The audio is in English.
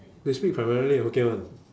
they speaking primarily in hokkien [one]